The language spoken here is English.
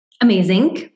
Amazing